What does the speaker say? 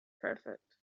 perfect